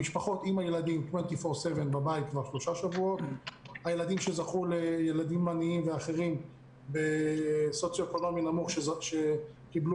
המשפחות עם הילדים נמצאות בבית כבר שלושה שבועות 24/7. ילדים עניים ואחרים שהם בסוציו-אקונומי נמוך שקיבלו